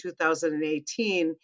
2018